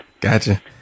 Gotcha